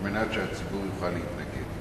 על מנת שהציבור יוכל להתנגד.